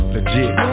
Legit